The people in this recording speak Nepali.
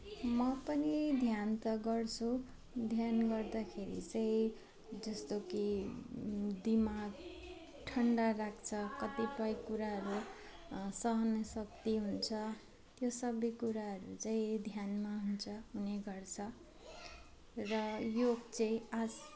म पनि ध्यान त गर्छु ध्यान गर्दाखेरि चाहिँ जस्तो कि दिमाग ठन्डा राख्छ कतिपय कुराहरू सहने शक्ति हुन्छ त्यो सब कुराहरू चाहिँ ध्यानमा हुन्छ हुने गर्छ र योग चाहिँ आज